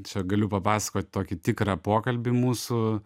čia galiu papasakot tokį tikrą pokalbį mūsų